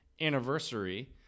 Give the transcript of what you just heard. anniversary